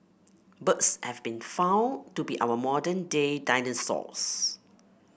birds have been found to be our modern day dinosaurs